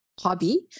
hobby